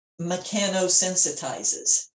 mechanosensitizes